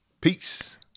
Peace